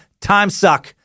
TimeSuck